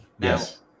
Yes